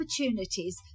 opportunities